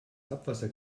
abwasser